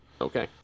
Okay